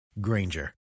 Granger